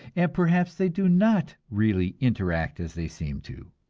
and perhaps they do not really interact as they seem to,